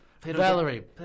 Valerie